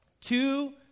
Two